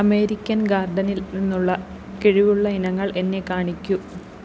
American ഗാർഡനിൽ നിന്നുള്ള കിഴിവുള്ള ഇനങ്ങൾ എന്നെ കാണിക്കൂ